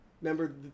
remember